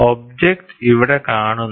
object ഇവിടെ കാണുന്നു